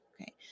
Okay